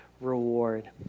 reward